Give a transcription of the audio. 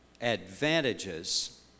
advantages